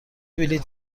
بلیط